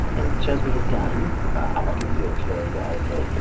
and shows me his gun i'm a concealed carry guy so,